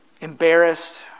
embarrassed